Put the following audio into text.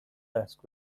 desk